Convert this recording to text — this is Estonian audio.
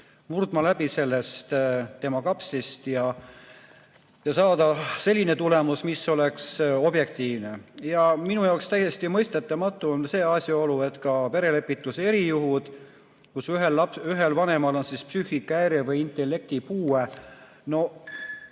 murdma läbi sellest tema kapslist ja saama sellise tulemuse, mis oleks objektiivne. Minu jaoks täiesti mõistetamatu on ka perelepituse erijuhud, kus ühel vanemal on psüühikahäire või intellektipuue. No